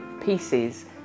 pieces